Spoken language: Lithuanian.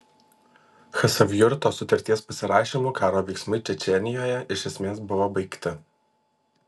chasavjurto sutarties pasirašymu karo veiksmai čečėnijoje iš esmės buvo baigti